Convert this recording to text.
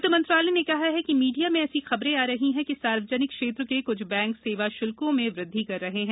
वित्त मंत्रालय ने कहा है कि मीडिया में ऐसी खबरें आ रही हैं कि सार्वजनिक क्षेत्र के कुछ बैंक सेवा शुल्कों में वृद्धि कर रहे हैं